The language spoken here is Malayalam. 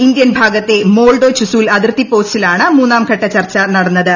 ഇന്ത്യൻ ഭാഗത്തെ മോൾഡോ ചുസ്കൂൾ അതിർത്തി പോസ്റ്റിലാണ് മൂന്നാം ഘട്ട ചർച്ച നടന്നത്